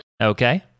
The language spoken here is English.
Okay